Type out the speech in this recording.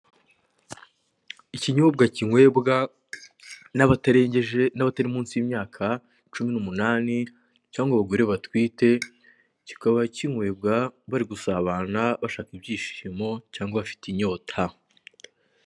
Ikinyobwa kinkwebwa n'abatarengeje n'abatari munsi y'imyaka cumi n'umunani, cyangwa abagore batwite, kikaba kinkwebwa bari gusabana bashaka ibyishimo cyangwa bafite imyota.